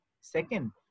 Second